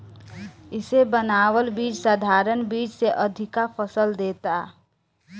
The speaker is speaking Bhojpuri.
इसे बनावल बीज साधारण बीज से अधिका फसल देला